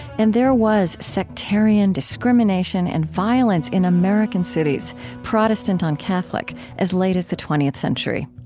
and there was sectarian discrimination and violence in american cities protestant on catholic as late as the twentieth century.